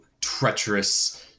treacherous